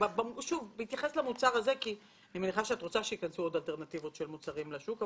אני מניחה שאת רוצה שייכנסו עוד אלטרנטיבות של מוצרים לשוק.